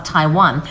Taiwan